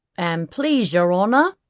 an please your honour,